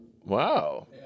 Wow